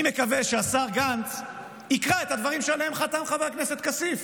אני מקווה שהשר גנץ יקרא את הדברים שעליהם חתום חבר הכנסת כסיף,